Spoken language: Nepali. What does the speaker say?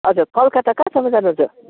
हजुर कलकत्ता कहाँसम्म जानुहुन्छ